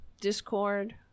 Discord